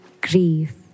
grief